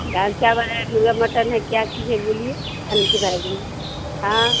दाल चावल है मुर्गा मटन है क्या चीज है बोलिए खाने के बैग में हाँ